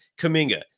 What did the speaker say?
Kaminga